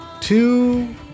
Two